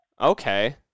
Okay